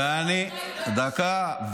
ומי שהחליט, דקה.